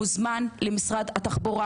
מוזמן למשרד התחבורה,